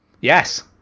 Yes